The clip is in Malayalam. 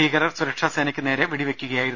ഭീകരർ സുരക്ഷാ സേനയ്ക്ക് നേരെ വെടിവെയ്ക്കുകയായിരുന്നു